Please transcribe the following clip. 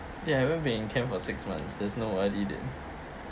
ya haven't been in camp for six months there's no early date